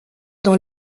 dans